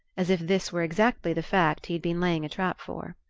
as if this were exactly the fact he had been laying a trap for.